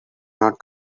not